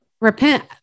Repent